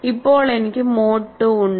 ഇപ്പോൾ എനിക്ക് mode II ഉണ്ട്